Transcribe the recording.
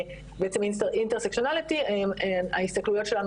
בעצם INTERSECTIONALITY ההסתכלויות שלנו